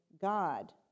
God